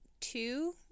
two